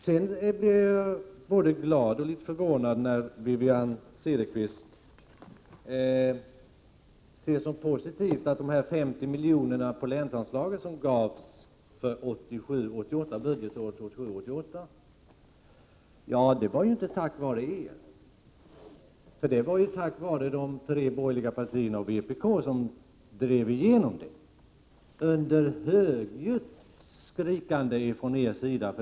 Jag blev både glad och litet förvånad när Wivi-Anne Cederqvist talade så positivt om de 50 milj.kr. på länsanslaget som gavs för budgetåret 1987/88. Det var inte tack vare er, utan det var de tre borgerliga partierna och vpk som drev igenom detta — under högljutt skrikande från er sida.